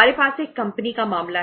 हमारे पास इस प्रेजेंटेशन